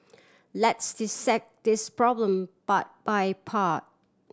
let's dissect this problem part by part